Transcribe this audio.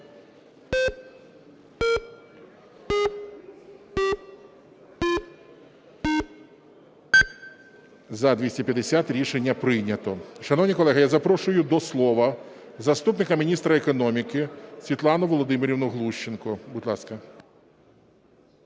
За-250 Рішення прийнято. Шановні колеги, я запрошую до слова заступника міністра економіки Світлану Володимирівну Глущенко, будь ласка.